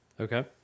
Okay